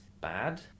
bad